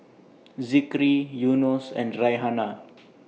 Zikri Yunos and Raihana